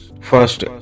first